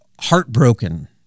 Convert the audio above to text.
heartbroken